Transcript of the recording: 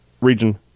region